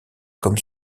comme